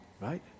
right